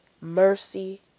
Mercy